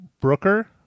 Brooker